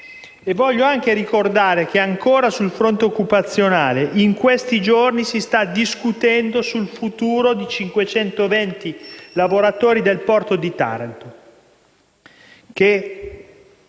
Vorrei anche ricordare, ancora sul fronte occupazionale, che in questi giorni si sta discutendo del futuro di 520 lavoratori del porto di Taranto, dei